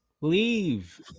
leave